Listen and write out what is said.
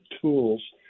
tools